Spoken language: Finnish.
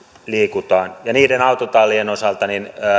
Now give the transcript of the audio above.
liikutaan niiden autotallien osalta